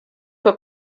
que